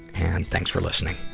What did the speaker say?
and thanks for listening.